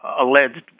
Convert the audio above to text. alleged